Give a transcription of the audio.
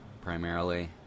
primarily